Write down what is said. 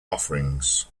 offerings